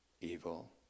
evil